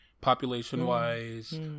population-wise